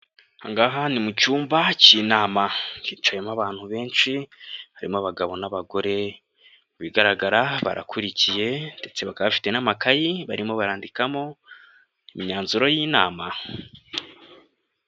Aha ngaha ni mu cyumba cy'inama. Hicayemo abantu benshi, harimo abagabo n'abagore, ibigaragara barakurikiye ndetse bakaba bafite n'amakayi barimo bandikamo imyanzuro y'inama.